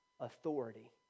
authority